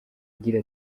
agira